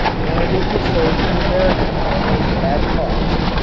and it was sold to american farmers at cost,